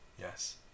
Yes